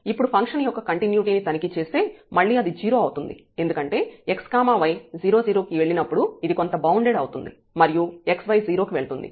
ఇప్పుడు ఫంక్షన్ యొక్క కంటిన్యుటీ ని తనిఖీ చేస్తే మళ్ళీ అది 0 అవుతుంది ఎందుకంటే x y 0 0 కి వెళ్ళినప్పుడు ఇది కొంత బౌండెడ్ అవుతుంది మరియు xy 0 కి వెళ్తుంది